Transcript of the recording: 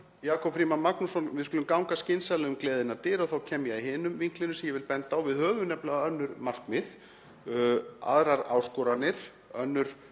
Jakob Frímann Magnússon: Við skulum ganga skynsamlega um gleðinnar dyr. Þá kem ég að hinum vinklinum sem ég vil benda á. Við höfum nefnilega önnur markmið, aðrar áskoranir, önnur